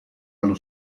allo